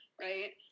right